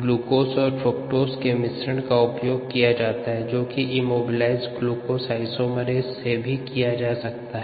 glucose और fructose के मिश्रण का उपयोग किया जाता है जो कि इमोबिलाइज्ड ग्लूकोज आइसोमेरेस से भी किया जा सकता है